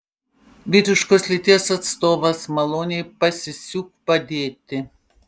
vyriškos lyties atstovas maloniai pasisiūk padėti